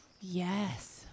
Yes